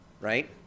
right